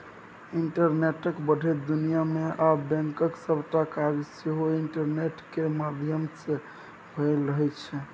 इंटरनेटक बढ़ैत दुनियाँ मे आब बैंकक सबटा काज सेहो इंटरनेट केर माध्यमसँ भए रहल छै